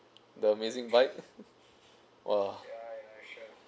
the amazing bike !wah!